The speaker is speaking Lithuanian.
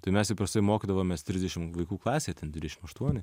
tai mes įprastai mokydavomės trisdešim vaikų klasė ten trisdešim aštuoni